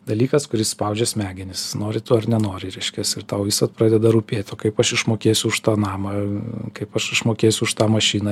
dalykas kuris spaudžia smegenis nori to ar nenori reiškias ir tau visad pradeda rūpėt o kaip aš išmokėsiu už tą namą kaip aš išmokėsiu už tą mašiną